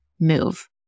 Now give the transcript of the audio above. move